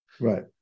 Right